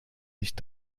nicht